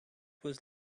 was